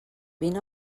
vine